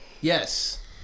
yes